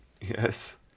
Yes